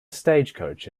stagecoach